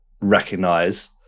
recognize